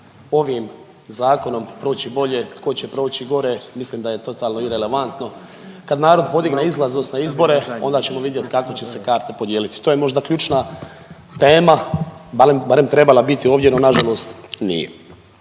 ovim Zakonom proći bolje, tko će proći bolje, mislim da je totalno irelevantno, kad narod podigne izlaznost na izbore, onda ćemo vidjeti kako će se karte podijeliti, to je možda ključna tema, barem trebala biti, no nažalost nije.